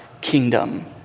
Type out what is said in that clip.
kingdom